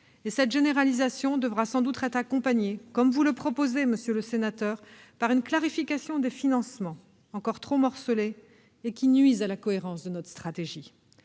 Cette généralisation devra sans doute être accompagnée, comme vous le proposez, monsieur le sénateur Mouiller, par une clarification des financements, encore trop morcelés, ce qui nuit à la cohérence de notre stratégie.